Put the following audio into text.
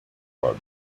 club